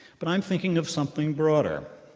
but i'm thinking of something broader.